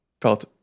Felt